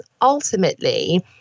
ultimately